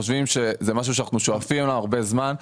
זה משהו שאנחנו שואפים אליו הרבה זמן,